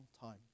time